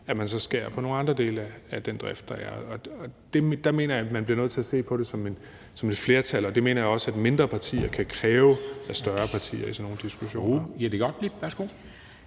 at man så skærer ned på nogle andre dele af den drift, der er. Der mener jeg, man bliver nødt til at se på det sådan, at det skal være et flertal, og det mener jeg også at mindre partier kan kræve af større partier i sådan nogle diskussioner.